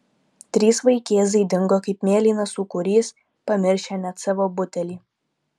trys vaikėzai dingo kaip mėlynas sūkurys pamiršę net savo butelį